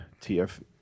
TF